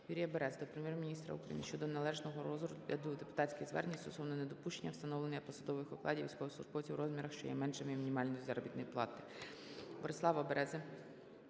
Юрія Берези до Прем'єр-міністра України щодо неналежного розгляду депутатських звернень стосовно недопущення встановлення посадових окладів військовослужбовців у розмірах, що є меншими мінімальної заробітної плати. Борислава Берези